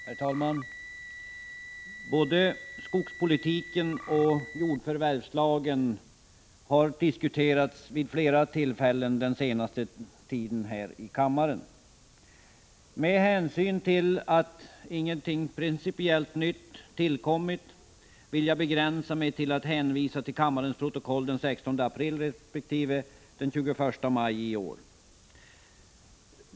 Herr talman! Både skogspolitiken och jordförvärvslagen har den senaste tiden diskuterats här i kammaren vid flera tillfällen. Med hänsyn till att ingenting principiellt nytt har tillkommit vill jag begränsa mig till att hänvisa till kammarens protokoll av den 16 april och av den 21 maj i år.